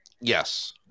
yes